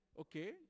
Okay